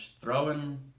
throwing